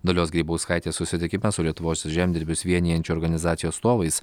dalios grybauskaitės susitikime su lietuvos žemdirbius vienijančių organizacijų atstovais